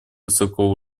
высокого